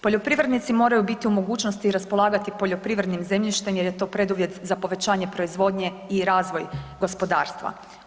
Poljoprivrednici moraju biti u mogućnosti raspolagati poljoprivrednim zemljištem jer je to preduvjet za povećanje proizvodnje i razvoj gospodarstva.